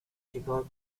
چیکار